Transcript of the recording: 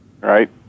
Right